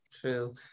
True